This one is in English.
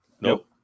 nope